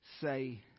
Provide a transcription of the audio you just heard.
say